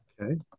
okay